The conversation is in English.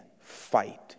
fight